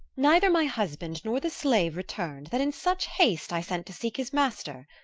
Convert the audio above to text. neither my husband nor the slave return'd that in such haste i sent to seek his master!